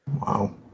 Wow